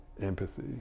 Empathy